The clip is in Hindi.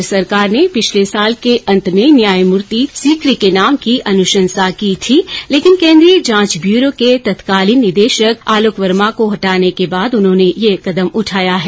केन्द्र सरकार ने पिछले साल के अंत में न्यायमूर्ति सिकरी के नाम की अनुशंसा की थी लेकिन केंद्रीय जांच ब्यूरो सीबीआई के तत्कालीन निदेशक आलोक वर्मा को हटाने बाद उन्होंने यह कदम उठाया है